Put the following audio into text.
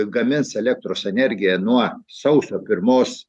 gamins elektros energiją nuo sausio pirmos